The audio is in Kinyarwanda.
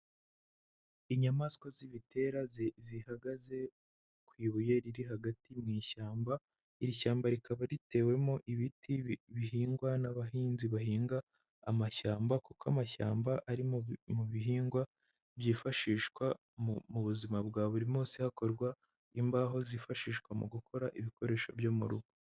Inyamaswa z'ibitera zihagaze ku ibuye riri hagati mu ishyamba, iri shyamba rikaba ritewemo ibiti bihingwa n'abahinzi bahinga amashyamba kuko amashyamba ari mu bihingwa byifashishwa mu buzima bwa buri munsi, hakorwa imbaho zifashishwa mu gukora ibikoresho byo mu rugo.